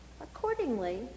Accordingly